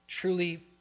truly